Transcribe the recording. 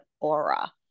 aura